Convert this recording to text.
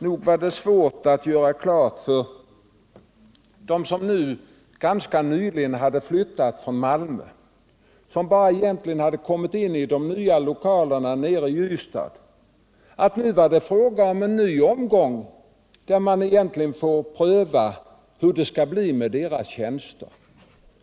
Nog var det svårt att göra klart för dem som ganska nyligen flyttade från Malmö, och som egentligen bara hade kommit in i de nya lokalerna i Ystad, att nu var det fråga om en ny omgång där man på nytt får pröva hur det skall bli med deras tjänster.